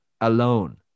alone